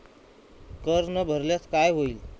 कर न भरल्यास काय होईल?